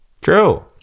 True